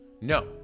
no